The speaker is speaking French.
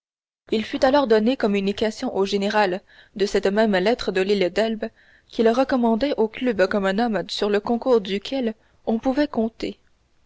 il fut alors donné communication au général de cette même lettre de l'île d'elbe qui le recommandait au club comme un homme sur le concours duquel on pouvait compter